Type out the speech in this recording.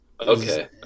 Okay